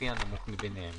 לפי הנמוך מביניהם.